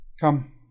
Come